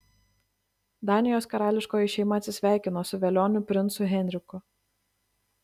danijos karališkoji šeima atsisveikino su velioniu princu henriku